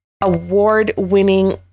award-winning